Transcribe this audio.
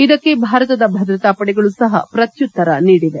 ಇದಕ್ಕೆ ಭಾರತದ ಭದ್ರತಾ ಪಡೆಗಳು ಸಹ ಪ್ರತ್ಯುತ್ತರ ನೀಡಿವೆ